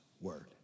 word